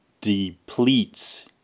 depletes